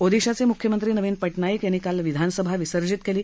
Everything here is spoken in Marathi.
ओदिशाचे मुख्यमंत्री नवीन पटनाईक यांनी काल विधानसभा विसर्जीत केली